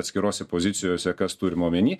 atskirose pozicijose kas turima omeny